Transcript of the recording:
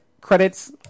credits